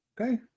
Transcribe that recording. Okay